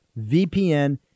VPN